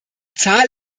zahl